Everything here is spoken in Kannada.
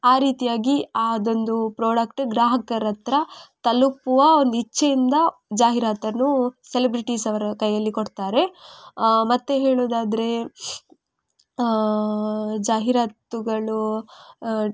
ಆ ರೀತಿಯಾಗಿ ಆದೊಂದು ಪ್ರೋಡಕ್ಟ್ ಗ್ರಾಹಕರ ಹತ್ರ ತಲುಪುವ ಒಂದು ಇಚ್ಛೆಯಿಂದ ಜಾಹಿರಾತನ್ನೂ ಸೆಲಬ್ರಿಟೀಸ್ ಅವರ ಕೈಯ್ಯಲ್ಲಿ ಕೊಡ್ತಾರೆ ಮತ್ತು ಹೇಳುವುದಾದ್ರೆ ಜಾಹಿರಾತುಗಳು